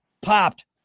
popped